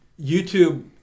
YouTube